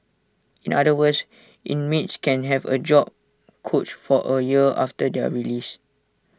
in other words inmates can have A job coach for A year after their release